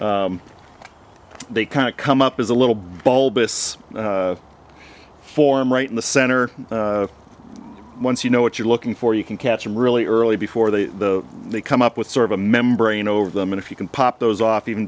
they kind of come up as a little bulbous form right in the center once you know what you're looking for you can catch them really early before the they come up with sort of a membrane over them and if you can pop those off even